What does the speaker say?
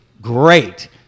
great